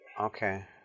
Okay